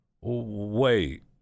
Wait